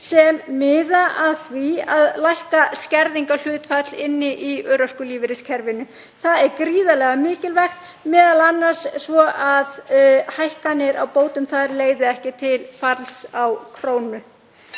sem miða að því að lækka skerðingarhlutfall í örorkulífeyriskerfinu. Það er gríðarlega mikilvægt, m.a. svo að hækkanir á bótum þar leiði ekki til falls á krónu.